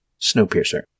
Snowpiercer